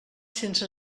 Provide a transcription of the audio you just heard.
sense